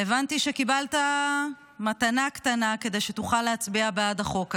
הבנתי שקיבלת מתנה קטנה כדי שתוכל להצביע בעד החוק הזה,